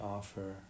offer